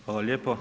Hvala lijepo.